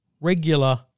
regular